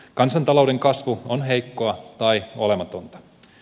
kansantalouden kasvu on heikkoa tai olematonta